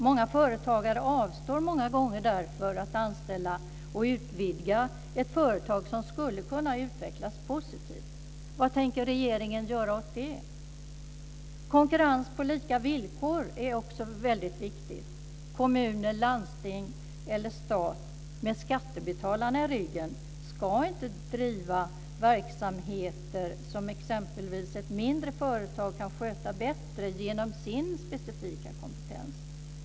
Många företagare avstår därför ofta från att anställa och utvidga ett företag som skulle kunna utvecklas positivt. Vad tänker regeringen göra åt det? Konkurrens på lika villkor är också väldigt viktigt. Kommuner, landsting eller stat, med skattebetalarna i ryggen, ska inte driva verksamheter som exempelvis ett mindre företag kan sköta bättre genom sin specifika kompetens.